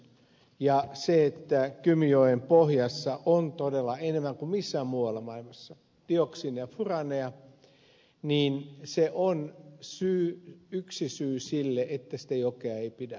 se että kymijoen pohjassa on todella enemmän kuin missään muualla maailmassa dioksiineja ja furaaneja on yksi syy sille että sitä jokea ei pidä kanavoida